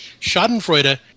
Schadenfreude